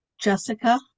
Jessica